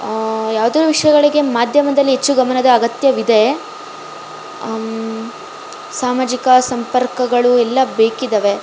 ಯಾವ್ದರು ವಿಷಯಗಳಿಗೆ ಮಾಧ್ಯಮದಲ್ಲಿ ಹೆಚ್ಚು ಗಮನದ ಆಗತ್ಯವಿದೆ ಸಾಮಾಜಿಕ ಸಂಪರ್ಕಗಳು ಎಲ್ಲ ಬೇಕಿದವೆ